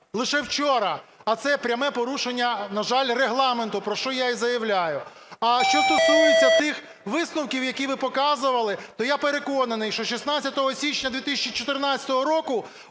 лише вчора, а це є пряме порушення, на жаль, Регламенту, про що я і заявляю. А що стосується тих висновків, які ви показували, то я переконаний, що 16 січня 2014 року